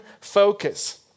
focus